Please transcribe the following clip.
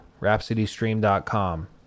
Rhapsodystream.com